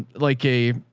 like a,